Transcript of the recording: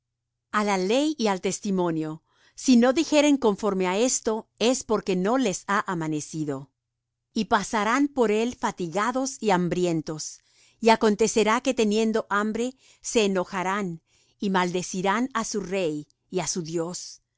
a la ley y al testimonio si no dijeren conforme á esto es porque no les ha amanecido y pasarán por él fatigados y hambrientos y acontecerá que teniendo hambre se enojarán y maldecirán á su rey y á su dios